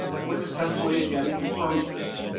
witness testimony again confirms this.